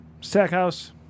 Stackhouse